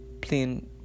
plain